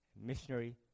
missionary